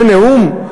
זה נאום?